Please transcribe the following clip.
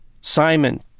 Simon